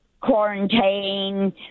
quarantine